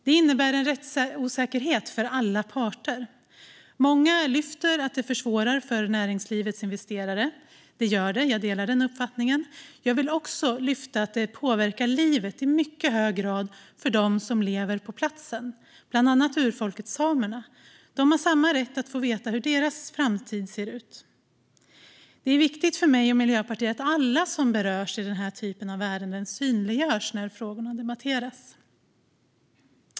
Det innebär en rättsosäkerhet för alla parter. Många lyfter att det försvårar för näringslivets investerare. Det gör det; jag delar den uppfattningen. Jag vill också lyfta att det påverkar livet i mycket hög grad för dem som lever på platsen, bland annat urfolket samerna. De har samma rätt att få veta hur deras framtid ser ut. Det är viktigt för mig och Miljöpartiet att alla som berörs i den här typen av ärenden synliggörs när frågorna debatteras.